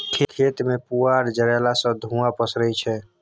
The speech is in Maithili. खेत मे पुआर जरएला सँ धुंआ पसरय छै